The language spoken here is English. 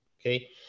okay